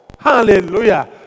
Hallelujah